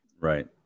Right